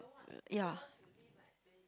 ya